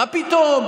מה פתאום?